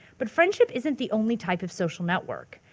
but friendship isn't the only type of social network.